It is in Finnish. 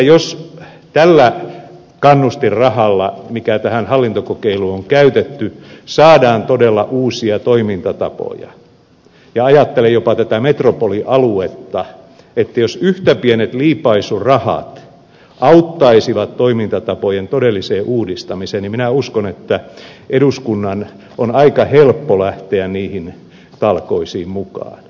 jos tällä kannustinrahalla mikä tähän hallintokokeiluun on käytetty saadaan todella uusia toimintatapoja ja ajattelen jopa tätä metropolialuetta että jos yhtä pienet liipaisurahat auttaisivat toimintatapojen todelliseen uudistamiseen niin minä uskon että eduskunnan on aika helppo lähteä niihin talkoisiin mukaan